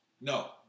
No